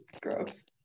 Gross